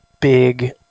big